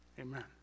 Amen